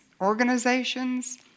organizations